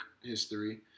history